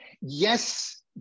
yes